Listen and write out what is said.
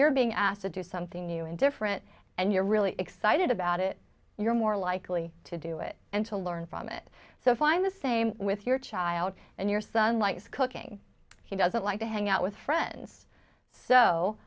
you're being asked to do something new and different and you're really excited about it you're more likely to do it and to learn from it so find the same with your child and your son likes cooking he doesn't like to hang out with friends so